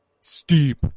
Steep